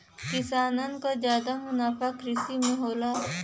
किसानन क जादा मुनाफा कृषि में होला